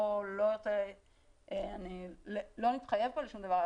לא אתחייב פה לשום דבר.